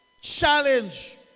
Challenge